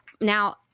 now